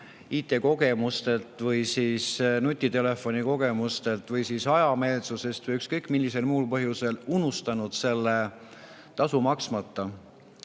IT-kogemuste või nutitelefonikogemuste tõttu või siis hajameelsusest või ükskõik millisel muul põhjusel unustanud selle tasu maksmata.